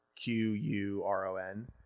Q-U-R-O-N